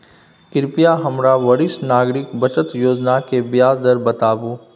कृपया हमरा वरिष्ठ नागरिक बचत योजना के ब्याज दर बताबू